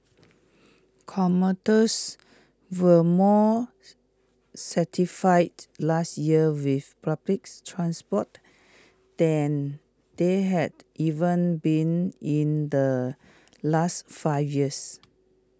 commuters were more satisfied last year with public transport than they had even been in the last five years